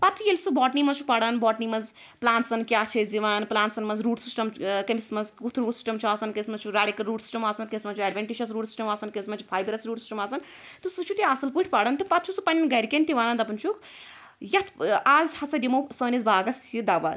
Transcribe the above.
پتہٕ ییٚلہِ سُہ بواٹنی مَنٛز چھُ پران بواٹنی مَنٛز پٕلانٹسَن کیٛاہ چھِ أسۍ دِوان پٕلانٹسَن مَنٛز روٗٹ سِسٹم ٲں کٔمس مَنٛز کیٛتھ روٗٹ سِسٹم چھُ آسان کٔمس مَنٛز چھُ ریڈِکٕل روٗٹ سِسٹم آسان کٔمس مَنٛز چھُ ایڈونٹِشَس روٗٹ سِسٹم آسان کٔمس مَنٛز چھُ فایبرس روٗٹ سِسٹم آسان تہٕ سُہ چھو تُہۍ اصٕل پٲٹھۍ پَران تہٕ پَتہٕ چھُ سُہ پَننیٚن گَھرکیٚن تہِ ونان دپان چھُکھ یتھ آز ہَسا دِمو سٲنِس باغَس یہِ دوا